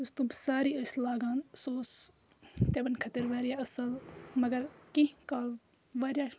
یُس تِم سارے ٲسۍ لاگان سُہ اوس تِمَن خٲطرٕ واریاہ اَصٕل مگر کیٚنٛہہ کال واریاہ